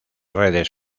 redes